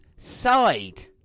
Side